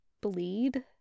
bleed